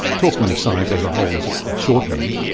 talking of science as a whole is a shorthand,